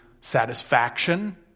satisfaction